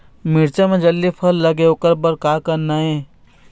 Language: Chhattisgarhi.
मिरचा म जल्दी फल लगे ओकर बर का करना ये?